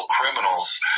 criminals